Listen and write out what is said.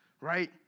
right